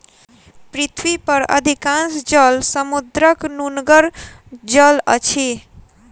पृथ्वी पर अधिकांश जल समुद्रक नोनगर जल अछि